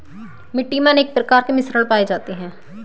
मिट्टी मे अनेक प्रकार के मिश्रण पाये जाते है